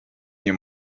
nie